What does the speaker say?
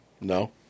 No